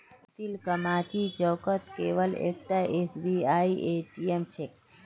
तिलकमाझी चौकत केवल एकता एसबीआईर ए.टी.एम छेक